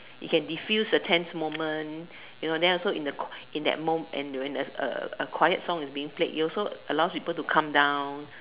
you can diffuse the tense moment you know and then also in the in that mom~ when there's a quiet song is being played it also allows people to calm down